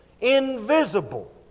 invisible